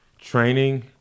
training